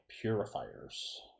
Purifiers